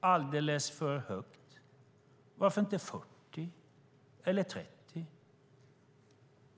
alldeles för hög? Varför inte 40 eller 30 procent?